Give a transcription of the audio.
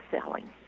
selling